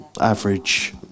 average